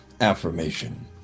affirmation